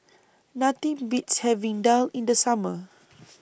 Nothing Beats having Daal in The Summer